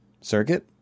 Circuit